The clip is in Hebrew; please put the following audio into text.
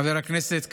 חבר הכנסת קריב,